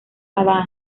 cada